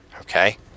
okay